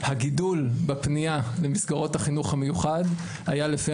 הגידול בפנייה למסגרות החינוך המיוחד היה לפי